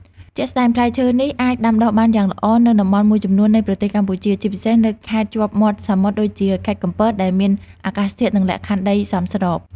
ជាក់ស្តែង ផ្លែឈើនេះអាចដាំដុះបានយ៉ាងល្អនៅតំបន់មួយចំនួននៃប្រទេសកម្ពុជា ជាពិសេសនៅខេត្តជាប់មាត់សមុទ្រដូចជា ខេត្តកំពត ដែលមានអាកាសធាតុនិងលក្ខណៈដីសមស្រប។